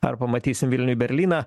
ar pamatysim vilniuj berlyną